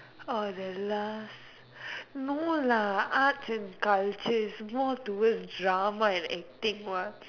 orh there last no lah arts in culture is more towards drama and acting what